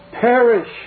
perish